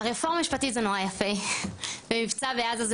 הרפורמה המשפטית זה נורא יפה והמבצע בעזה זה